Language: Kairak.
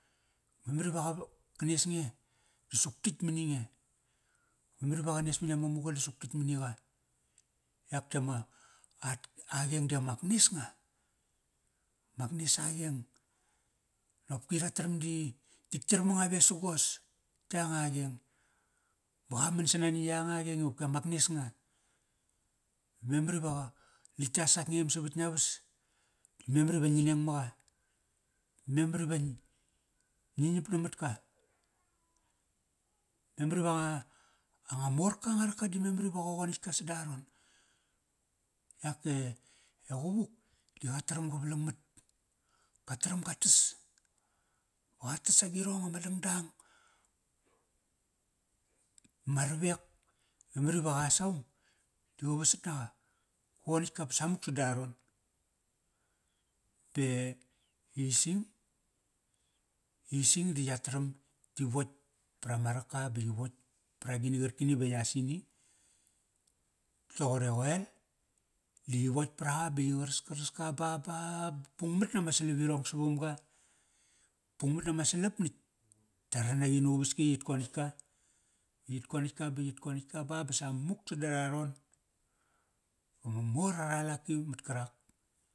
Memar iva qa va, ka nes nge. Da suk titk mani nge. Memar iva qa nes mani ama muga da suk titk mani qa. Yak ti ama, at, a qeng di amak nbes nga. Mak nes a qeng. Nopki ra taram di tit yirmnaga vesagos, yanga a qeng. Ba qa man sama ni yanga a qeng i amak nes nga. Memar iva qa, latk ta sakngem savat ngia vas, memar iva ngi neng maqa. Memar iva ngi ngiap namat ka. Memar iva nga, nga morka anga raka di memar ivaqa qonatk ka sada aron. Yak e, e quvuk di qa taram ga valangmat. Ka taram ga tas. Ba qa tas agirong, ama dangdang, ma ravek. Memar iva qas aung, da qa vasat naqa. Qa qonatk ka ba samuk sada aron. Da ising, ising di ya taram yi wotk prama raka ba yi wotk pra agini qarkani va yas ini toqor e qoel. Da yi wotk praqa ba yi qaraskaras ka ba, ba bungmat nama salavirong savamga. Bungmat nama salap natk, ya ranaqi nuvaski i yit qonatk ka. Yit konatk ka ba yit konatk ka ba, ba samuk sada araron. Ba ma mor ara alaki mat karak.